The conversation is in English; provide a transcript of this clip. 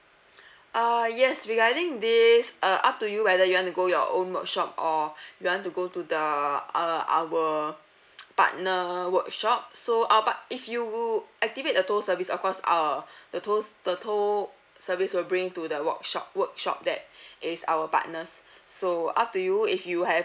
uh yes regarding this uh up to you whether you want to go your own workshop or you want to go to the err our partner workshop so our part~ if you activate a tow service of course our the tow the tow service will bring to the walk shop workshop that is our partners so up to you if you have